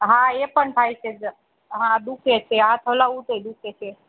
હા એ પણ થાય છે અ હા દુ ખે છે હાથ હલાવું તો ય દુ ખે છે